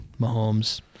Mahomes